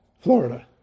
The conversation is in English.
Florida